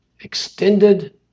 extended